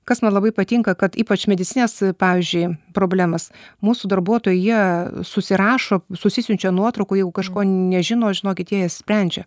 kas man labai patinka kad ypač medicinines pavyzdžiui problemas mūsų darbuotojai jie susirašo susisiunčia nuotraukų jeigu kažko nežino žinokit jie jas sprendžia